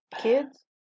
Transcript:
kids